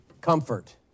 comfort